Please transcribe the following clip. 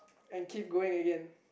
and keep going again